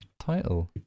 title